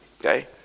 Okay